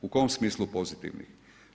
U kom smislu pozitivnih?